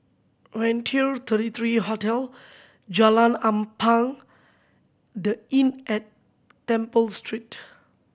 Raintr thirty three Hotel Jalan Ampang The Inn at Temple Street